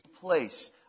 place